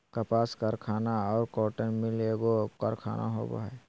कपास कारखाना और कॉटन मिल एगो कारखाना होबो हइ